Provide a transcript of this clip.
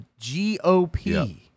GOP